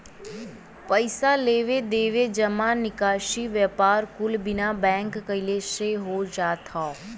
पइसा लेवे देवे, जमा निकासी, व्यापार कुल बिना बैंक गइले से हो जात हौ